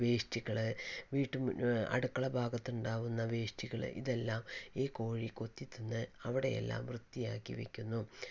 വേസ്റ്റുകള് വീട്ടുമു അടുക്കള ഭാഗത്തുണ്ടാകുന്ന വേസ്റ്റുകള് ഇതെല്ലം ഈ കോഴി കൊത്തി തിന്ന് അവിടെ എല്ലാം വൃത്തിയാക്കി വെക്കുന്നു